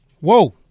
Whoa